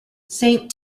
saint